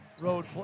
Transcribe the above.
road